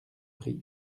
prix